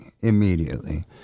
Immediately